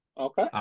Okay